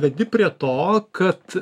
vedi prie to kad